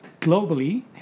globally